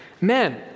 men